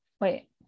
Wait